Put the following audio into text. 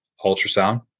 ultrasound